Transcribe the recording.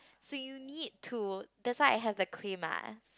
so you need to that's why I have the clay mask